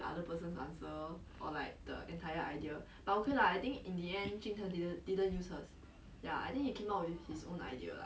ya lah then like every time he also say like got those online test then he will do together with his other friends basically is cheating